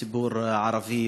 תמר זנדברג,